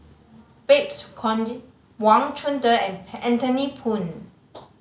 Babes Conde Wang Chunde and Anthony Poon